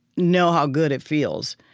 know how good it feels.